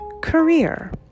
career